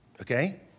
Okay